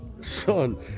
Son